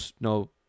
no